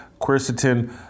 quercetin